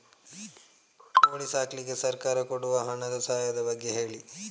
ಕೋಳಿ ಸಾಕ್ಲಿಕ್ಕೆ ಸರ್ಕಾರ ಕೊಡುವ ಹಣದ ಸಹಾಯದ ಬಗ್ಗೆ ಹೇಳಿ